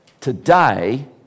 today